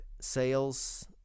sales